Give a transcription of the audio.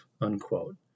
unquote